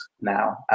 now